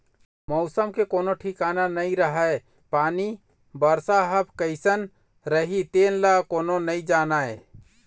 मउसम के कोनो ठिकाना नइ रहय पानी, बरसा ह कइसना रही तेन ल कोनो नइ जानय